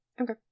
Okay